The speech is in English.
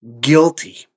guilty